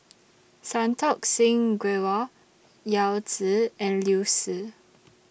Santokh Singh Grewal Yao Zi and Liu Si